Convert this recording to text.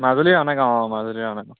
মজুলী আনে গাঁও অঁ মজুলী ৰানাগাঁও